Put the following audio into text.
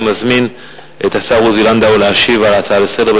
אני מזמין את השר עוזי לנדאו להשיב על ההצעה לסדר-היום.